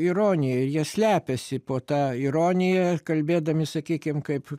ironija ir jie slepiasi po ta ironija kalbėdami sakykim kaip